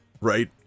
right